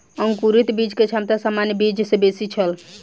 अंकुरित बीज के क्षमता सामान्य बीज सॅ बेसी छल